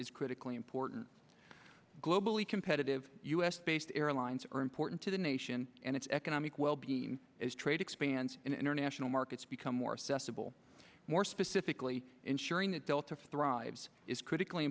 is critically important globally competitive u s based airlines are important to the nation and its economic wellbeing as trade expands and international markets become more assessable more specifically ensuring that delta thrives is critically